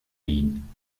wien